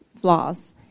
flaws